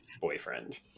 boyfriend